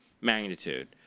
magnitude